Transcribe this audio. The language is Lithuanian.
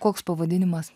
koks pavadinimas